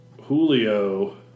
Julio